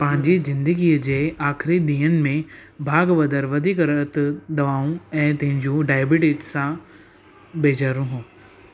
पंहिजी जिंदगीअ जे आखिरी ॾींहनि में भागवदर वधीकरत दवाऊं ऐं तंहिंजियूं डायबिटीज सां बेज़ार हो